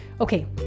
Okay